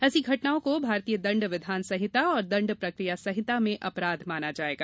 ऐसी घटनाओं को भारतीय दण्ड विधान संहिता और दण्ड प्रक्रिया संहिता में अपराध माना जायेगा